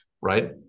right